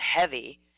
heavy